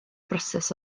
broses